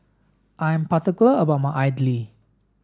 I am about my idly